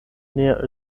near